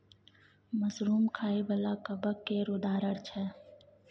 mushroom खाइ बला कबक केर उदाहरण छै